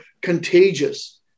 contagious